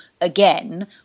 again